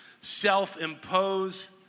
self-impose